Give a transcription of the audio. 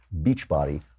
Beachbody